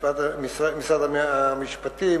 משרד המשפטים,